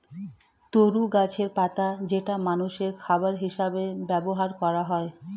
তরু গাছের পাতা যেটা মানুষের খাবার হিসেবে ব্যবহার করা হয়